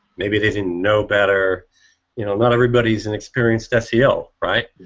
maybe they didn't know better you know not everybody is an experienced seo, right?